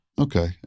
Okay